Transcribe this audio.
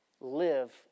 live